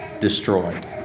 destroyed